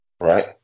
Right